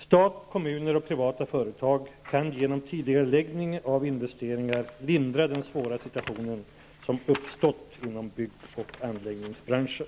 Stat, kommuner och privata företag kan genom tidigareläggning av investeringar lindra den svåra situation som uppstått inom bygg och anläggningsbranschen.